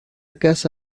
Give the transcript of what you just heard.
casa